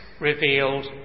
revealed